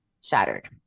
shattered